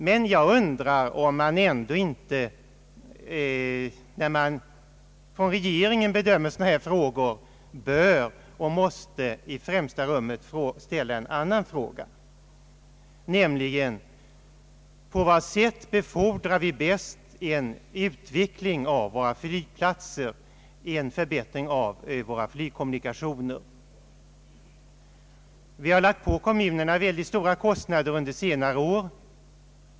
Men jag undrar om man ändå inte, när man från regeringens sida bedömer sådana här frågor, i främsta rummet bör och måste ställa en annan fråga, nämligen: På vad sätt befordrar vi bäst en utveckling av våra flygplatser, en förbättring av våra flygkommunikationer? Vi har lagt på kommunerna mycket stora kostnader under senare år.